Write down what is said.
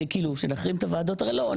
שנחרים את הוועדות האלו?